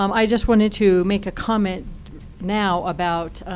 um i just wanted to make a comment now about